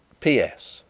p s.